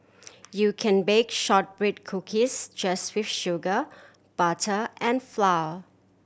you can bake shortbread cookies just with sugar butter and flour